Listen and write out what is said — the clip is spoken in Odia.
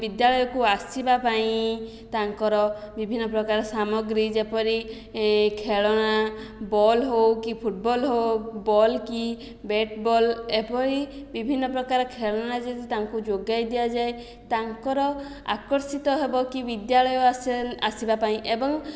ବିଦ୍ୟାଳୟକୁ ଆସିବା ପାଇଁ ତାଙ୍କର ବିଭିନ୍ନ ପ୍ରକାର ସାମଗ୍ରୀ ଯେପରି ଖେଳଣା ବଲ ହେଉ କି ଫୁଟବଲ ହେଉ ବଲ କି ବ୍ୟାଟ ବଲ ଏଭଳି ବିଭିନ୍ନ ପ୍ରକାର ଖେଳନା ଯଦି ତାଙ୍କୁ ଯୋଗାଇ ଦିଆଯାଏ ତାଙ୍କର ଆକର୍ଷିତ ହେବ କି ବିଦ୍ୟାଳୟ ଆସି ଆସିବା ପାଇଁ ଏବଂ